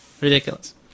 Ridiculous